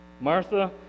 Martha